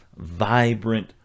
vibrant